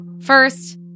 First